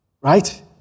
right